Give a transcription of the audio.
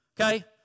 okay